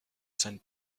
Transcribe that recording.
sent